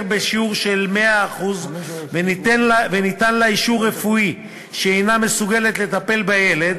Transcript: בשיעור של 100% וניתן לה אישור רפואי שהיא אינה מסוגלת לטפל בילד,